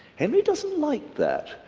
henry doesn't like that.